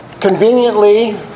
conveniently